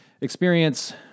experience